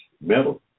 metal